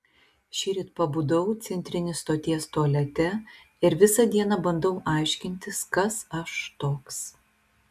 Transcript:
šįryt pabudau centrinės stoties tualete ir visą dieną bandau aiškintis kas aš toks